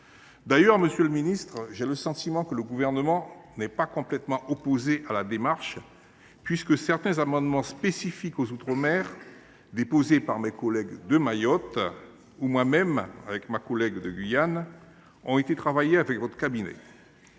D’ailleurs, monsieur le ministre, j’ai le sentiment que le Gouvernement n’est pas complètement opposé à cette démarche, puisque certains amendements spécifiques aux outre mer déposés par mes collègues de Mayotte, ou par ma collègue de Guyane et moi même, ont été travaillés avec votre cabinet.